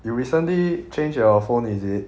you recently change your phone is it